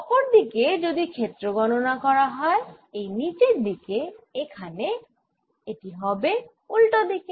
অপর দিকে যদি ক্ষেত্র গণনা করা হয় এই নিচের দিকে এখানে - এটি হবে উল্টো দিকে